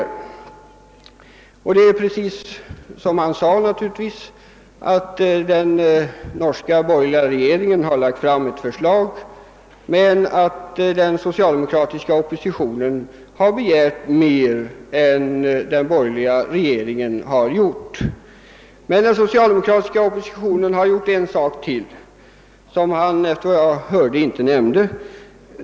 Det förhåller sig naturligtvis alldeles som han sade, nämligen att den norska borgerliga regeringen framlagt ett förslag men att den socialdemokratiska oppositionen begärt mer. Men den socialdemokratiska oppositionen har gjort ytterligare en sak som utrikesministern, såvitt jag hörde, inte nämnde.